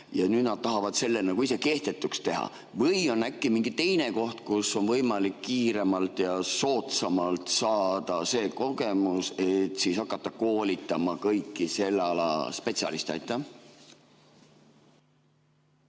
ja nüüd nad tahavad selle nagu ise kehtetuks teha? Või on äkki mingi teine koht, kus on võimalik kiiremalt ja soodsamalt saada see kogemus, et siis hakata koolitama kõiki selle ala spetsialiste?